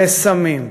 וסמים.